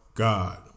God